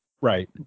right